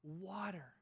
Water